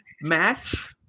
match